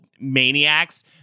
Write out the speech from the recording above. Maniacs